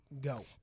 go